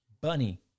Bunny